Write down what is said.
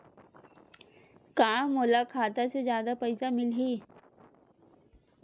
का मोला खाता से जादा पईसा मिलही?